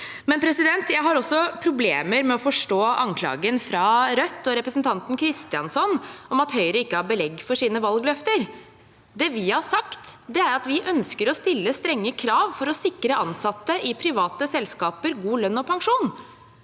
mitt skjønn. Jeg har også problemer med å forstå anklagen fra Rødt og representanten Kristjánsson om at Høyre ikke har belegg for sine valgløfter. Det vi har sagt, er at vi ønsker å stille strenge krav for å sikre ansatte i private selskaper god lønn og pensjon.